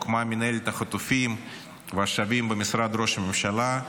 הוקמה מינהלת החטופים והשבים במשרד ראש הממשלה,